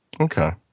okay